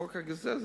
חוק הגזזת,